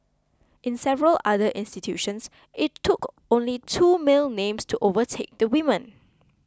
in several other institutions it took only two male names to overtake the women